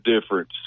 difference